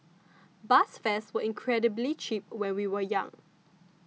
bus fares were incredibly cheap when we were young